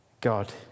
God